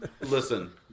listen